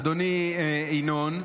אדוני ינון,